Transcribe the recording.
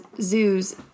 zoos